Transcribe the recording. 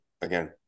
again